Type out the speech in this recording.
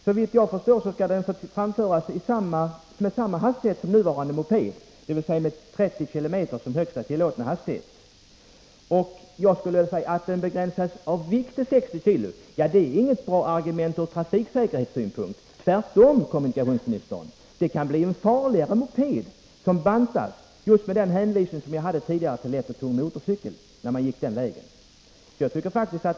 Såvitt jag förstår skall den framföras med samma hastighet som nuvarande moped, dvs. med 30 km som högsta tillåtna hastighet. Mopeden begränsas i vikt till 60 kg, framhåller statsrådet. Det är inget bra argument ur trafiksäkerhetssynpunkt, tvärtom, herr kommunikationsminister! En moped som bantas kan bli farligare — just med hänvisning till vad jag tidigare sade beträffande lätt och tung motorcykel.